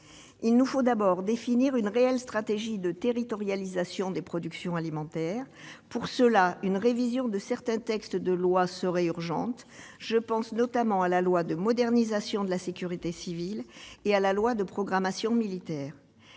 Il nous faut d'abord définir une réelle stratégie de territorialisation des productions alimentaires. Pour cela, une révision de certains textes de loi serait urgente- je pense notamment à la loi de modernisation de la sécurité civile et à la loi de programmation militaire.